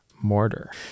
Mortar